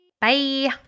bye